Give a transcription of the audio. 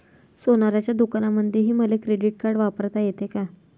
सोनाराच्या दुकानामंधीही मले क्रेडिट कार्ड वापरता येते का?